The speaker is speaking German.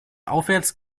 aufwärts